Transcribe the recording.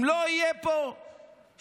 אם לא יהיה פה שוויון,